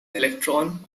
electron